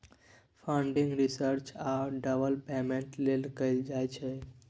funding research आ development लेल कएल जाइ छै